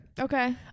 Okay